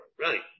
right